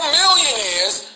millionaires